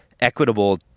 equitable